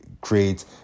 create